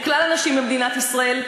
לכלל הנשים במדינת ישראל,